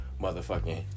motherfucking